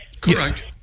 Correct